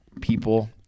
people